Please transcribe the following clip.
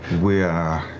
we are